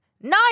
Nine